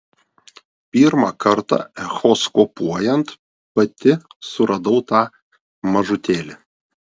pirmą kartą echoskopuojant pati suradau tą mažutėlį